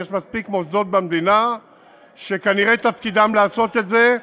יש מספיק מוסדות במדינה שכנראה תפקידם לעשות את זה,